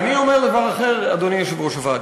אני אומר דבר אחר, אדוני יושב-ראש הוועדה.